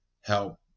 help